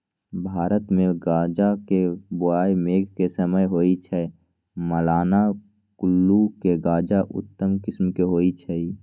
भारतमे गजा के बोआइ मेघ के समय होइ छइ, मलाना कुल्लू के गजा उत्तम किसिम के होइ छइ